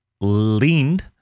leaned